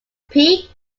peak